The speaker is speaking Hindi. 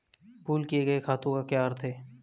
पूल किए गए खातों का क्या अर्थ है?